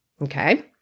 Okay